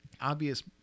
obvious